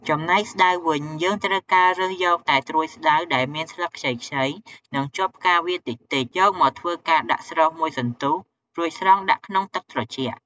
ចំណែកស្តៅវិញយើងត្រូវការរើសយកតែត្រួយស្តៅដែលមានស្លឹកខ្ចីៗនិងជាប់ផ្កាវាតិចៗយកមកធ្វើការដាក់ស្រុះមួយសន្ទុះរួចស្រង់ដាក់ក្នុងទឹកត្រជាក់។